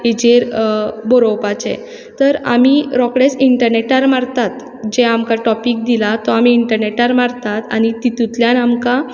हेचेर बरोवपाचें तर आमी रोखडेंच इंटनॅटार मारतात जे आमकां टॉपीक दिला तो आमी इंटनॅटार मारतात आनी तितुंतल्यान आमकां